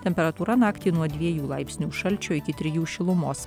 temperatūra naktį nuo dviejų laipsnių šalčio iki trijų šilumos